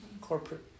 corporate